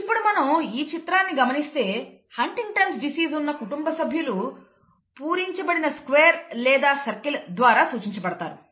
ఇప్పుడు మనం ఈ చిత్రాన్ని గమనిస్తే హంటింగ్టన్'స్ డిసీస్ ఉన్న కుటుంబసభ్యులు పూరించబడిన స్క్వేర్ లేదా సర్కిల్ ద్వారా సూచించబడతారు